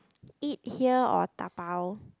eat here or dabao